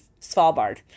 Svalbard